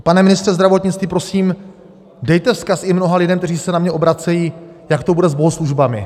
Pane ministře zdravotnictví, prosím, dejte vzkaz i mnoha lidem, kteří se na mě obracejí, jak to bude s bohoslužbami.